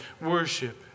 worship